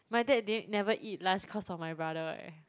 my dad didn't never eat lunch cause of my brother eh